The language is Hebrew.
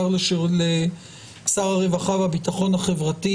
לשר הרווחה והביטחון החברתי,